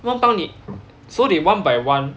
怎么帮你 so they one by one